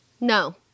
no